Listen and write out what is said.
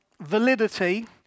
validity